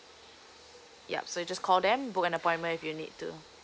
yup so just call them book an appointment if you need to